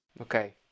Okay